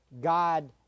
God